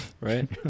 right